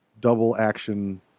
double-action